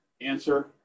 Answer